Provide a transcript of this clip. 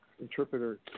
interpreter